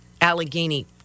Allegheny